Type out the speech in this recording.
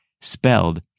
spelled